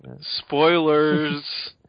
Spoilers